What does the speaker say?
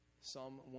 Psalm